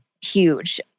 huge